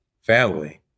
family